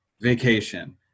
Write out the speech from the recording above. vacation